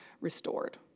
restored